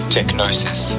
Technosis